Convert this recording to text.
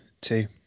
two